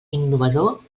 innovador